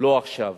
לא עכשיו.